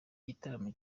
gitaramo